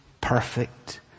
perfect